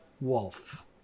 Wolf